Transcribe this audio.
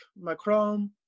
Macron